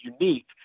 unique